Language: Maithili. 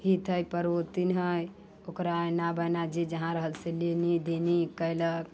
हित हय परोथिन हय ओकरा एना बेना जे जहाँ रहल से लेनी देनी से कयलक